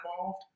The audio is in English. involved